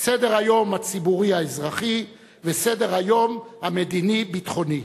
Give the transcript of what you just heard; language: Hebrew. סדר-היום הציבורי-האזרחי וסדר-היום המדיני-הביטחוני.